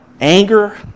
Anger